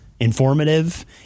informative